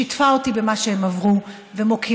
שיתפה אותי במה שהם עברו ומוקירה,